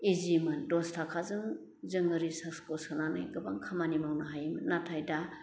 एजिमोन दस ताकाजों जोङो रिसार्चखौ सोनानै गोबां खामानि मावनो हायोमोन नाथाय दा